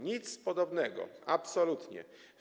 Nic podobnego, absolutnie nie.